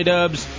Dubs